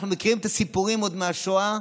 אנחנו מכירים את הסיפורים עוד מהשואה.